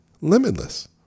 limitless